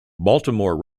baltimore